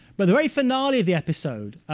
but the very finale of the episode,